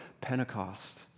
Pentecost